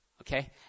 Okay